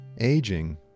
aging